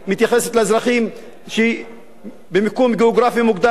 מתייחסת לאזרחים במיקום גיאוגרפי מוגדר,